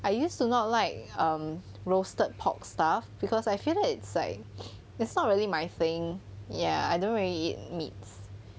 I used to not like um roasted pork stuff because I feel that it's like it's not really my thing ya I don't really eat meat